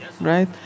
right